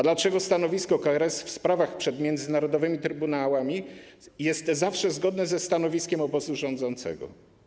Dlaczego stanowisko KRS w sprawach przed międzynarodowymi trybunałami jest zawsze zgodne ze stanowiskiem obozu rządzącego?